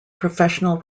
professional